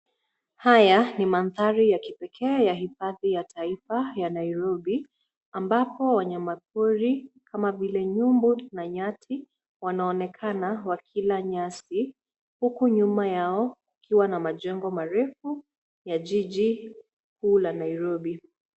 Haya ni mandhari ya kipekee ya hifadhi ya taifa ya Nairobi, ambapo wanyamapori kama vile nyumbu na nyati wanaonekana wakila nyasi huku nyuma yao kukiwa na majengo marefu ya jiji kuu la Nairobi.